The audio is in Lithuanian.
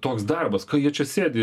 toks darbas ko jie čia sėdi